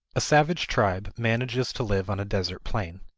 a savage tribe manages to live on a desert plain.